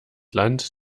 land